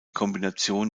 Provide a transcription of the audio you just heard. kombination